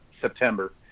September